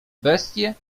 bestie